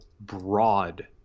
broad